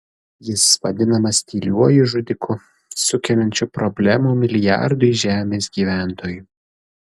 jis vadinamas tyliuoju žudiku sukeliančiu problemų milijardui žemės gyventojų